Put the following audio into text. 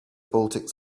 baltic